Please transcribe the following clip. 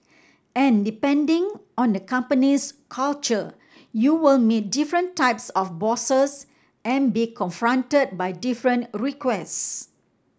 and depending on a company's culture you will meet different types of bosses and be confronted by different requests